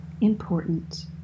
important